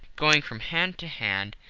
going from hand to hand,